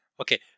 Okay